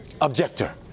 Objector